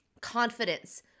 Confidence